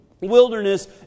wilderness